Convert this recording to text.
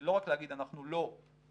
לא רק להגיד אנחנו לא משהו,